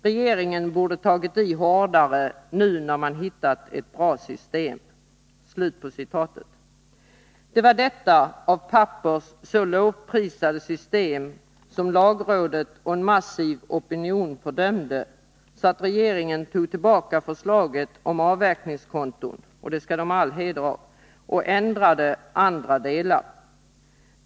Regeringen borde tagit i hårdare nu när man hittat ett bra system.” Det var detta av Pappers så lovprisade system som lagrådet och en massiv opinion fördömde, så att regeringen tog tillbaka förslaget om avverkningskonton — och det skall den ha all heder av — och ändrade andra delar.